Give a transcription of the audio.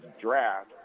draft